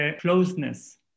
closeness